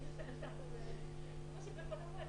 מוצ"ש בבלפור.